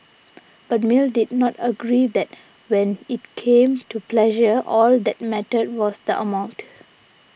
but Mill did not agree that when it came to pleasure all that mattered was the amount